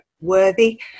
worthy